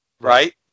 right